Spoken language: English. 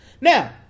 Now